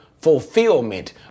fulfillment